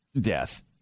death